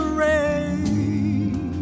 rain